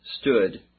stood